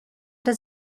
does